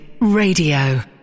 Radio